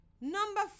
Number